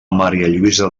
marialluïsa